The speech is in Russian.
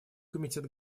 комитет